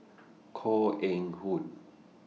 Koh Eng Hoon